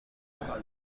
constant